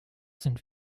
sind